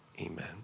Amen